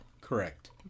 Correct